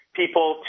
people